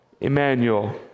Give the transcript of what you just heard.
Emmanuel